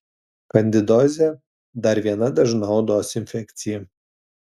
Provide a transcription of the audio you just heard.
kandidozė dar viena dažna odos infekcija